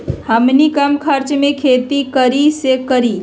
हमनी कम खर्च मे खेती कई से करी?